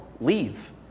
leave